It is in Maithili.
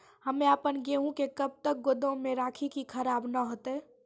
हम्मे आपन गेहूँ के कब तक गोदाम मे राखी कि खराब न हते?